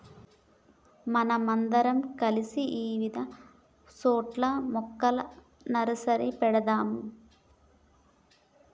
మనం అందరం కలిసి ఇవిధ సోట్ల మొక్కల నర్సరీలు పెడదాము